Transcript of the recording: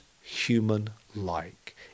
human-like